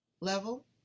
level